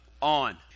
on